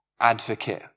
advocate